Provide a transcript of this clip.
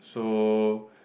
so